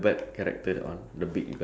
the what character is that thing called